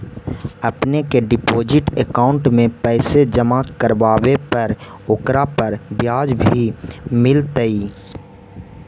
अपने के deposit account में पैसे जमा करवावे पर ओकरा पर ब्याज भी मिलतई